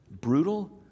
Brutal